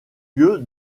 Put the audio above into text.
lieu